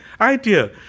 idea